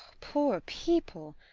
poor people!